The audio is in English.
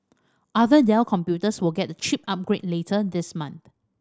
other Dell computers will get the chip upgrade later this month